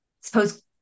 suppose